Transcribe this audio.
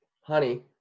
honey